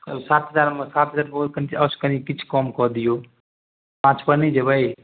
सात हजारमे सात हजार बहुत कनि अस कनि किछु कम कऽ दिऔ पाँचपर नहि जएबै